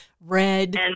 Red